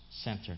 center